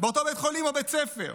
באותו בית חולים או בית ספר.